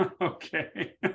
Okay